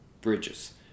Bridges